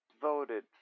voted